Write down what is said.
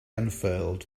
unfurled